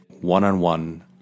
one-on-one